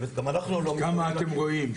כמה אתם רואים?